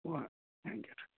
اور thank you